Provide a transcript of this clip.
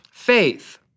faith